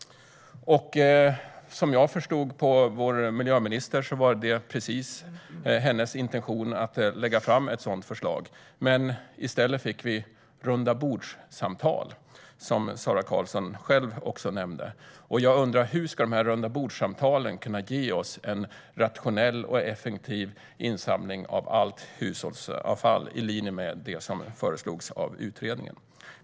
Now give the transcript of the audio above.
Som jag förstod vår miljöminister var hennes intention att lägga fram ett sådant förslag, men i stället fick vi rundabordssamtal, som Sara Karlsson själv nämnde. Jag undrar hur dessa rundabordssamtal ska kunna ge oss en rationell och effektiv insamling av allt hushållsavfall, i linje med det som föreslogs av utredningen.